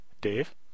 Dave